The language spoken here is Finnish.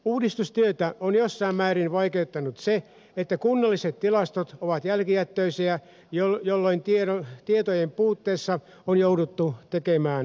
uudistustyötä on jossain määrin vaikeuttanut se että kunnalliset tilastot ovat jälkijättöisiä jolloin on jouduttu tekemään arviointeja tietojen puutteessa